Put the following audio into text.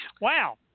Wow